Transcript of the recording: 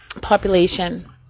population